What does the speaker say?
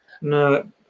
No